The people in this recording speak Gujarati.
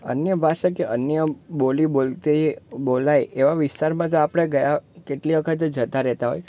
અન્ય ભાષા કે અન્ય બોલી બોલ તે બોલાય એવા વિસ્તારમાં તો આપણે ગયા કેટલી વખતે જતાં રહેતાં હોય